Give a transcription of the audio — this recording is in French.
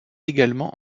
également